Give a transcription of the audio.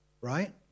Right